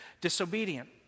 disobedient